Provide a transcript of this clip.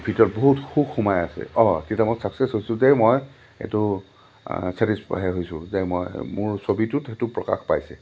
ভিতৰত বহুত সুখ সোমাই আছে অঁ তেতিয়া মই চাকচেছ হৈছোঁ যে মই এইটো ছেটিছফাই হৈছোঁ যে মই মোৰ ছবিটোত সেইটো প্ৰকাশ পাইছে